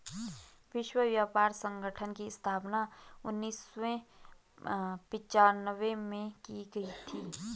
विश्व व्यापार संगठन की स्थापना उन्नीस सौ पिच्यानवे में की गई थी